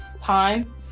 time